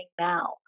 now